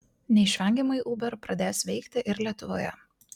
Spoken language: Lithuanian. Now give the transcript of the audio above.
neišvengiamai uber pradės veikti ir lietuvoje